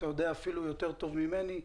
כפי שאתה יודע אפילו יותר טוב ממני,